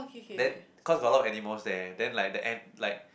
then cause got a lot of animals there then like the end like